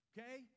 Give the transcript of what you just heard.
Okay